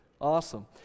awesome